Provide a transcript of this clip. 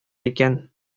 икән